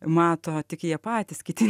mato tik jie patys kiti